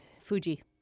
Fuji